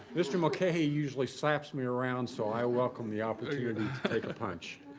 mr. mckay usually slaps me around, so i welcome the opportunity to take a punch.